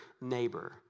neighbor